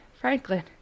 Franklin